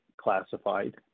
classified